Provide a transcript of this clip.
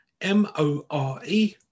M-O-R-E